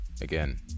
Again